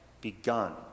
begun